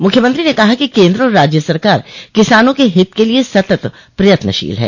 मुख्यमंत्री ने कहा कि केन्द्र और राज्य सरकार किसानों के हित के लिए सतत प्रयत्नशील है